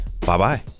Bye-bye